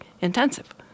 intensive